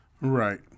Right